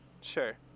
Sure